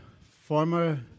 former